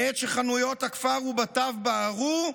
בעת שחנויות הכפר ובתיו בערו,